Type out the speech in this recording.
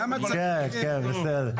בסדר.